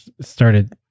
started